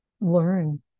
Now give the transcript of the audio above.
learn